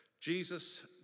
Jesus